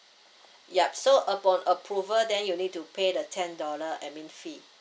yup so upon approval then you need to pay the ten dollar admin fee